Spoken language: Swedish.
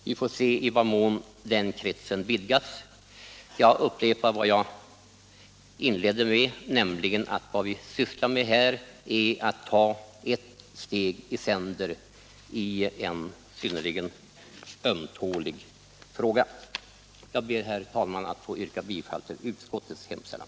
Vi får se i vad mån den kretsen vidgas. Jag upprepar vad jag inledningsvis sade, nämligen att vi får ta ett steg i sänder i denna synnerligen ömtåliga fråga. Herr talman! Jag ber att få yrka bifall till utskottets hemställan.